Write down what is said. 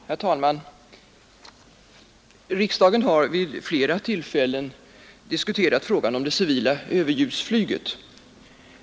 Herr talman! Riksdagen har vid flera tillfällen diskuterat frågan om det civila överljudsflyget.